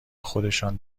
خودشان